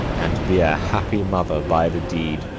and be a happy mother by the deed.